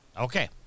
Okay